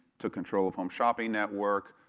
took control of home shopping network.